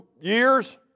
years